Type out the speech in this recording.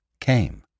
came